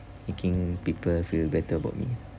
making people feel better about me